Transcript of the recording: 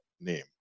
name